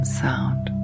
sound